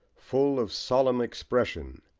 full of solemn expression,